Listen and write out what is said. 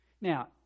now